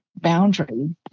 Boundary